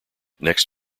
next